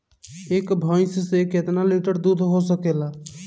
एक भइस से कितना लिटर दूध हो सकेला?